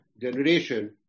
generation